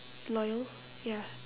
loyal ya